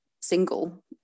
single